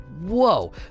whoa